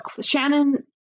Shannon